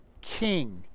king